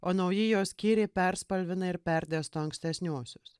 o nauji jo skyriai perspalvina ir perdėsto ankstesniuosius